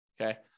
Okay